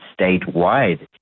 statewide